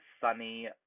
sunny